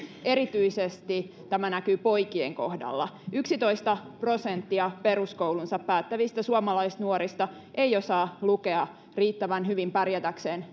erityisesti tämä näkyy poikien kohdalla yksitoista prosenttia peruskoulun päättävistä suomalaisnuorista ei osaa lukea riittävän hyvin pärjätäkseen